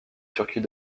turquie